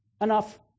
enough